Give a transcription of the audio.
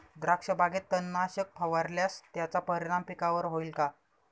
द्राक्षबागेत तणनाशक फवारल्यास त्याचा परिणाम पिकावर होईल का?